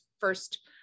first